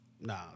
Nah